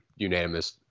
unanimous